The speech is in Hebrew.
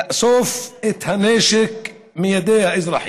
לאסוף את הנשק מידי האזרחים.